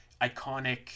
iconic